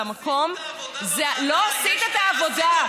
עשינו את העבודה בוועדה, לא עשית את העבודה.